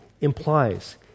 implies